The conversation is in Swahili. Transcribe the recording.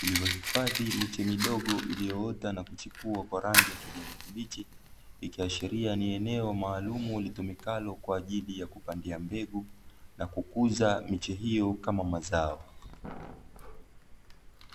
vilivyo hifadhi miche midogo iliyoota na kuchipua kwa rangi ya kijani kibichi, ikiashiria ni eneo maalumu litumikalo kwa ajili ya kupandia mbegu na kukuza miche hiyo kama mazao.